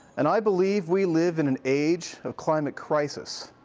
and i believe we live in an age of climate crisis.